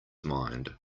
mind